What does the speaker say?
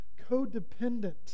codependent